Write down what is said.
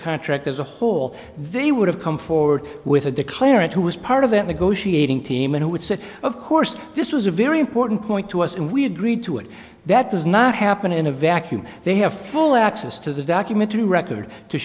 contract as a whole they would have come forward with a declarant who was part of that negotiating team and who had said of course this was a very important point to us and we agreed to it that does not happen in a vacuum they have full access to the documentary record to